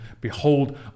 Behold